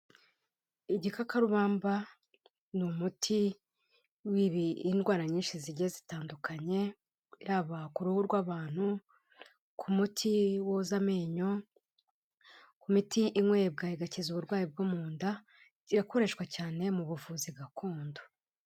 Igikakarubamba ni umuti w'indwara nyinshi zijyiye zitandukanye; yaba ku ruhu rw'abantu, ku muti woza amenyo, ku miti inywebwa igakiza uburwayi bwo mu nda; kirakoreshwa cyane mu buvuzi gakondo.